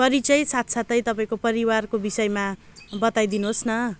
परिचय साथसाथै तपाईँको परिवारको विषयमा बताइदिनु होस् न